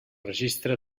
registre